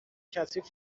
کثیف